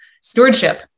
stewardship